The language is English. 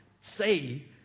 say